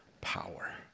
power